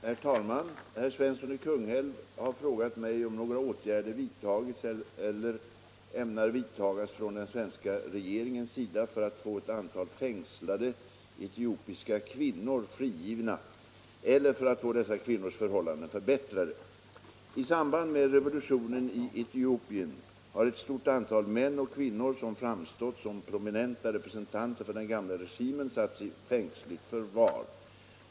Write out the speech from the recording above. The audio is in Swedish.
Herr talman! Herr Svensson i Kungälv har frågat mig, om några åtgärder vidtagits eller kommer att vidtagas från den svenska regeringens sida för att få ett antal fängslade etiopiska kvinnor frigivna eller för att få dessa kvinnors förhållanden förbättrade. I samband med revolutionen i Etiopien har ett stort antal män och kvinnor, som framstått som prominenta representanter för den gamla regimen, satts i fängsligt förvar.